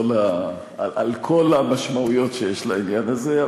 על כל המשמעויות שיש לעניין הזה,